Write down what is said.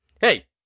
Hey